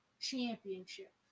Championship